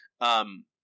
Um-